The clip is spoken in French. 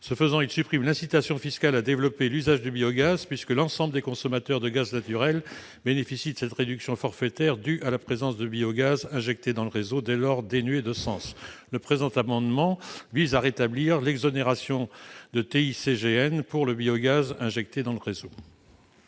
Ce faisant, il supprime l'incitation fiscale à développer l'usage du biogaz, puisque l'ensemble des consommateurs de gaz naturel bénéficient de cette réduction forfaitaire due à la présence de biogaz injecté dans le réseau, dès lors dénuée de sens. Le présent amendement vise à rétablir l'exonération de TICGN pour le biogaz injecté dans le réseau.